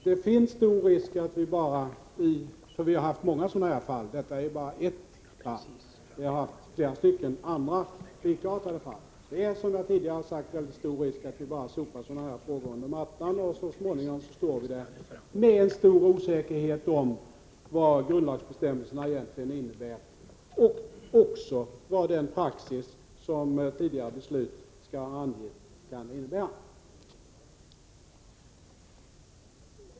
Detta är bara ett fall — vi har haft flera likartade. Det är, som jag tidigare sagt, stor risk att vi sopar sådana här frågor under mattan, och så småningom står vi där med en stor osäkerhet om vad grundlagsbestämmelserna egentligen innebär och även om vad den praxis som tidigare beslut skall ha angivit innebär.